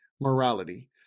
morality